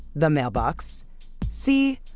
the mailbox c.